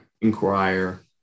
inquire